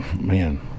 man